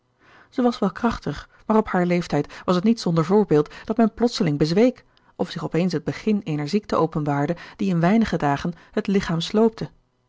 zij was wel krachtig maar op haar leeftijd was het niet zonder voorbeeld dat men plotseling bezweek of zich op eens het begin eener ziekte openbaarde die in weinige dagen het lichaam sloopte